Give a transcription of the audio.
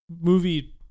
movie